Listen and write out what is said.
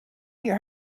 your